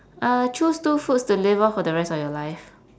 uh choose two foods to live off for the rest of your life